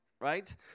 right